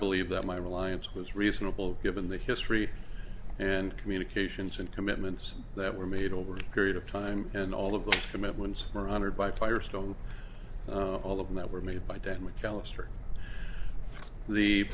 believe that my reliance was reasonable given the history and communications and commitments that were made over a period of time and all of those commitments were honored by firestone all of them that were made by dan mcallister the